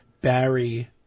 Barry